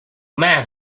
man